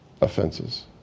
offenses